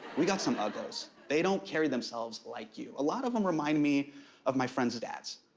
we got some ugos. they don't carry themselves like you. a lot of them remind me of my friends' dads.